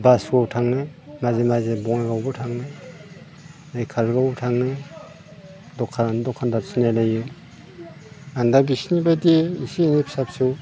बासुगाव थाङो माजे माजे बङाइगावआवबो थाङो नै काजोलगावआवबो थाङो दखादारजों दखानदार सिनाय लायो आं दा बिसिनि बायदि एसे एनै फिसा फिसौ